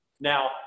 Now